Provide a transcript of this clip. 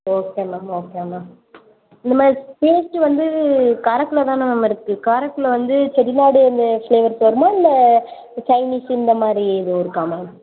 okay ma'am okay ma'am இந்தமாதிரி taste வந்து காரக்குடியில தானே மேம் இருக்குது காரக்குயிடில வந்து செட்டிநாடு அந்த ஃப்ளேவருக்கு வருமா இல்லை சைனீஷு இந்தமாதிரி எதுவும் இருக்கா மேம்